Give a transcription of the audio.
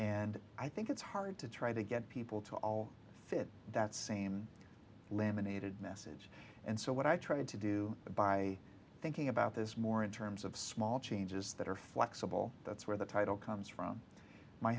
and i think it's hard to try to get people to all fit that same limited message and so what i tried to do by thinking about this more in terms of small changes that are flexible that's where the title comes from my